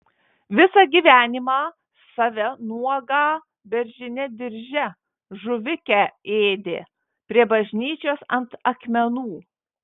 visą gyvenimą save nuogą beržine dirže žuvikę ėdė prie bažnyčios ant akmenų